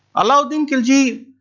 alauddin khilji,